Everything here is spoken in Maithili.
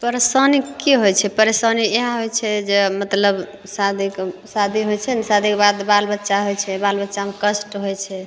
परेशानी की होइ छै परेशानी इएह होइ छै जे मतलब शादीके शादी होइ छै ने शादीके बाद बाल बच्चा होइ छै बाल बच्चामे कष्ट होइ छै